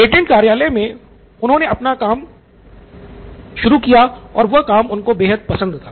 patent कार्यालय मे उन्हे अपना काम बेहद पसंद था